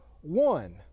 one